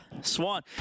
swan